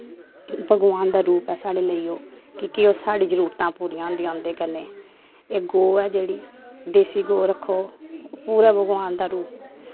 भगवान दा रूप ऐ साढ़े लेई ओह् की के ओह् साढ़ी जरूरतां पूरियां होंदियां उंदे कन्नै एह् गौ ऐ जेह्ड़ी देसी गौ रक्खो पूरा भगवान दा रूप